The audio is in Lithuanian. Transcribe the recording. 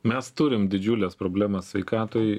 mes turim didžiules problemas sveikatoj